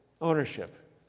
ownership